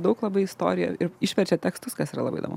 daug labai istorijų ir išverčia tekstus kas yra labai įdomu